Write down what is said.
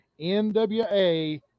NWA